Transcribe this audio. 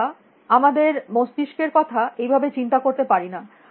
আমরা আমাদের মস্তিস্কের কথা এই ভাবে চিন্তা করতে পারি না